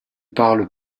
parle